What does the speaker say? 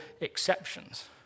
exceptions